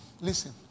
listen